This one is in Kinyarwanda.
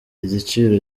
igiciro